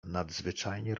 nadzwyczajnie